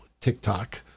TikTok